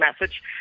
message